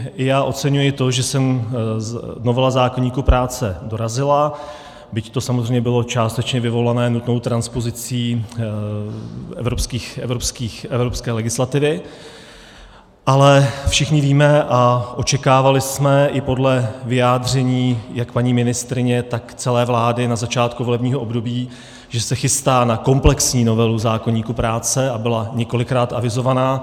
I já oceňuji to, že sem novela zákoníku práce dorazila, byť to bylo částečně vyvolané nutnou transpozicí evropské legislativy, ale všichni víme a očekávali jsme i podle vyjádření jak paní ministryně, tak celé vlády na začátku volebního období, že se chystá na komplexní novelu zákoníku práce, a byla několikrát avizována.